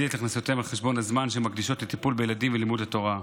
את הכנסותיהן על חשבון הזמן שהן מקדישות לטיפול בילדים ולימוד התורה.